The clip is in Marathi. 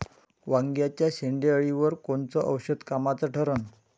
वांग्याच्या शेंडेअळीवर कोनचं औषध कामाचं ठरन?